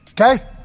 Okay